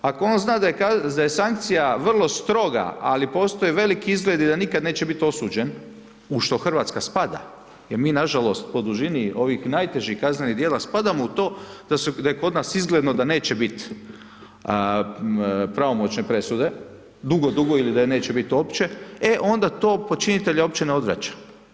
Ako on zna da je sankcija vrlo stroga ali postoje veliki izgledi da nikada neće biti osuđen, u što Hrvatska spada, jer mi nažalost po dužini ovih najtežih kaznenih djela spadamo u to da je kod nas izgledno da neće biti pravomoćne presude dugo, dugo ili da je neće biti uopće, e onda to počinitelja uopće ne odvraća.